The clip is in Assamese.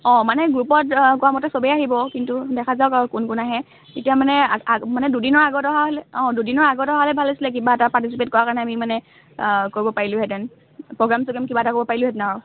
অঁ মানে গ্ৰুপত কোৱামতে চবেই আহিব কিন্তু দেখা যাওক আৰু কোন কোন আহে এতিয়া মানে আগ মানে দুদিনৰ আগত অহা হ'লে অঁ দুদিনৰ আগত অহা হ'লে ভাল আছিলে কিবা এটা পাৰটিচিপেট কৰাৰ কাৰণে আমি মানে কৰিব পাৰিলোঁ হেঁতেন প্ৰ'গ্ৰেম চগ্ৰেম কিবা এটা কৰিব পাৰিলোঁ হেঁতেন আৰু